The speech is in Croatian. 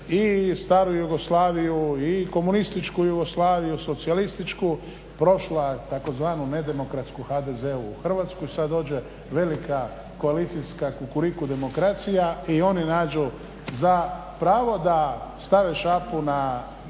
i staru Jugoslaviju i komunističku Jugoslaviju, socijalističku prošla tzv. ne demokratsku HDZ-ovu u Hrvatskoj. Sad dođe velika Kukuriku demokracija i oni nađu za pravo da stave šaku na